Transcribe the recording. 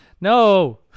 No